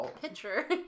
picture